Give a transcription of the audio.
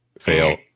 Fail